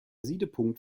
siedepunkt